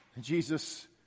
Jesus